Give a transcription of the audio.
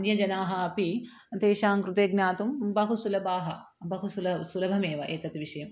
अन्यजनाः अपि तेषां कृते ज्ञातुं बहु सुलभाः बहु सुल सुलभमेव एतत् विषयम्